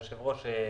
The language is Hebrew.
היושב-ראש,